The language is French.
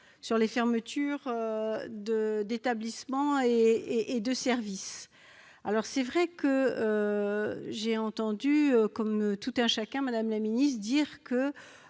sur les fermetures d'établissements et de services de santé. Je vous ai entendue, comme tout un chacun, madame la ministre, dire sur